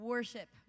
Worship